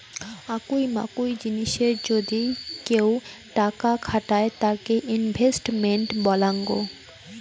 আকুই মাকুই জিনিসে যদি কেউ টাকা খাটায় তাকে ইনভেস্টমেন্ট বলাঙ্গ